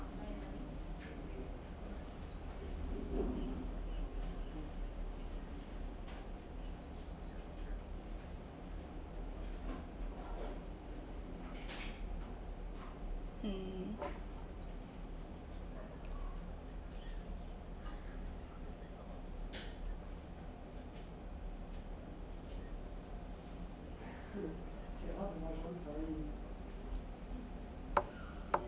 um